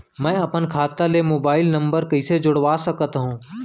मैं अपन खाता ले मोबाइल नम्बर कइसे जोड़वा सकत हव?